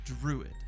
druid